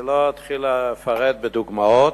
אני לא אתחיל לפרט בדוגמאות,